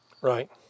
Right